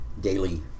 daily